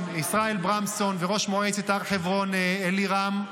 ישראל ברמסון וראש מועצת הר חברון אלירם.